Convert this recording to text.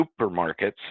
supermarkets